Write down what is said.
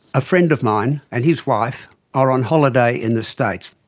a friend of mine and his wife are on holiday in the states.